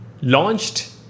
launched